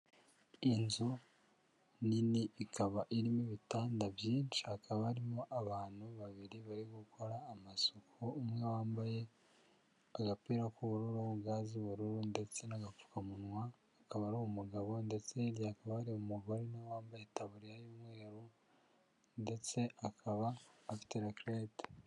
Inzu nini ikaba irimo ibitanda byinshi hakaba harimo abantu babiri barigukora amasuku, umwe wambaye agapira k'ubururu ga z'ubururu ndetse n'agapfukamunwa, akaba ari umugabo ndetse hirya hakaba hari umugore nawe wambaye itabuririya y'umweru ndetse akaba afite Rakerete.